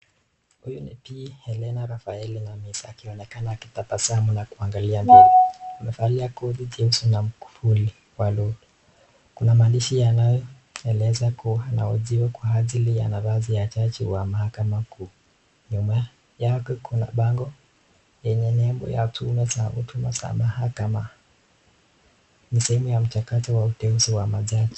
Huyu ni Bi Rafaela Helene Namisi akionekana akitabasamu na kuangalia mbele, amevalia koti jeusi na mkufuli wa loi kuna maandishi yanayo eleza kuwa anahojiwa kwa ajili ya nafasi ya jaji wa mahakama kuu. Nyuma yake kuna bango yenye nembo ya tume za huduma za mahakama, ni sehemu ya mchakato wa uteuzi wa majaji.